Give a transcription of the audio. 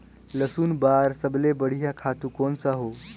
लसुन बार सबले बढ़िया खातु कोन सा हो?